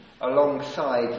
Alongside